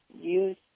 use